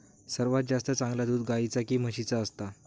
सर्वात जास्ती चांगला दूध गाईचा की म्हशीचा असता?